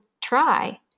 try